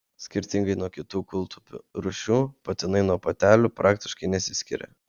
skirtingai nuo kitų kūltupių rūšių patinai nuo patelių praktiškai nesiskiria